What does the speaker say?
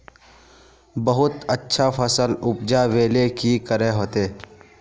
बहुत अच्छा फसल उपजावेले की करे होते?